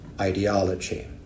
ideology